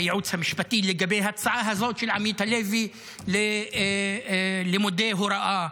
לגבי ההצעה הזאת של עמית הלוי על לימודי הוראה,